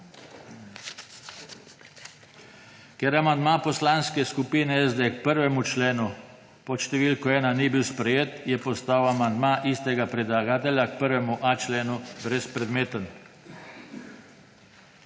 Ker amandma Poslanske skupine SD k 1. členu pod številko 1 ni bil sprejet, je postal amandma istega predlagatelja k 1.a členu brezpredmeten.